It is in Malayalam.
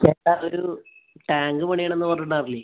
ചേട്ടാ ഒരു ടാങ്ക് പണിയണമെന്ന് പറഞ്ഞിട്ടുണ്ടായിരുന്നില്ലേ